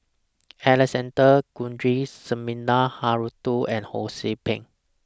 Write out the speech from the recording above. Alexander Guthrie Sumida Haruzo and Ho See Beng